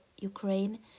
Ukraine